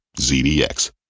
ZDX